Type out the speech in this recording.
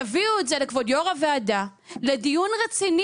תביאו את זה לכבוד יו"ר הוועדה לדיון רציני